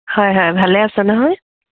হয় হয় ভালে আছে নহয়